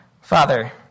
Father